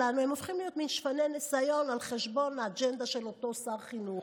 שלנו הופכים להיות שפני ניסיון על חשבון האג'נדה של אותו שר חינוך,